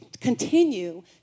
continue